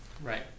Right